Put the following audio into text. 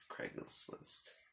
Craigslist